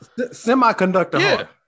semiconductor